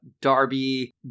Darby